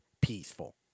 peaceful